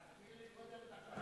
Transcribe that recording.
תחזיר לי קודם את 5,000 השקל.